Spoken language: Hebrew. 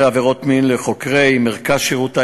עבירות מין ולחוקרי מרכז שירות לאזרח.